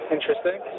Interesting